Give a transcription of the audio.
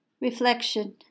reflection